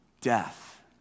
Death